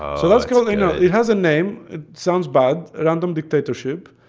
so that's called a it has a name. it sounds bad random dictatorship.